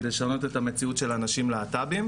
כדי לשנות את המציאות של אנשים להט"בים.